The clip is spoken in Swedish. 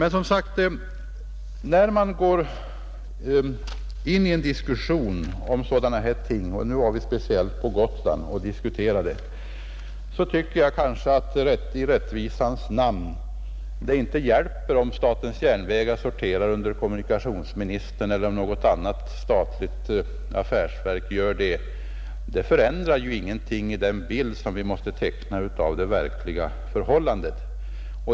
När man går in i en diskussion om sådana här ting — den här gången gäller det Gotland — måste jag i rättvisans namn säga att det inte hjälper, om SJ eller något annat statligt affärsverk sorterar under kommunikationsministern. Det förändrar ingenting i den bild vi måste teckna av de verkliga förhållandena.